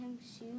shoes